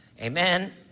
amen